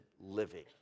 living